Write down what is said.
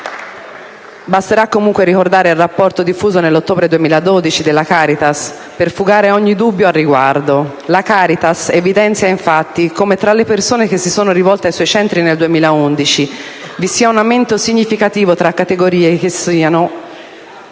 Basterà comunque ricordare il rapporto diffuso nell'ottobre 2012 dalla Caritas per fugare ogni dubbio al riguardo. La Caritas evidenzia infatti come tra le persone che si sono rivolte ai suoi centri nel 2011 vi sia un aumento significativo tra categorie che sino